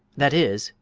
that is,